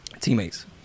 teammates